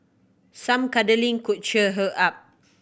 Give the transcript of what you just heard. some cuddling could cheer her up